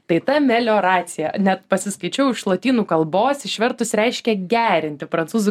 tai ta melioracija net pasiskaičiau iš lotynų kalbos išvertus reiškia gerinti prancūzų